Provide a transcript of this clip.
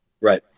Right